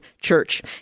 church